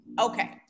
okay